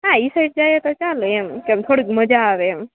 હા ઈ સાઈડ જાઈએ તો ચાલે એમ કેમ થોડીક મજા આવે એમ